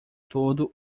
todo